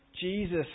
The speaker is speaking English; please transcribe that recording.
Jesus